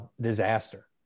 disaster